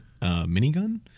minigun